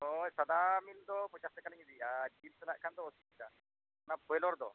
ᱦᱳᱭ ᱥᱟᱱᱟᱢ ᱤᱧᱫᱚ ᱯᱚᱧᱪᱟᱥ ᱴᱟᱠᱟ ᱞᱤᱧ ᱤᱫᱤᱭᱮᱜᱼᱟ ᱚᱱᱟ ᱯᱳᱭᱞᱳ ᱨᱮᱫᱚ